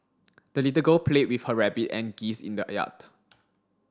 the little girl played with her rabbit and geese in the yard